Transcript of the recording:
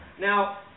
Now